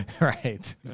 Right